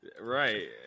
Right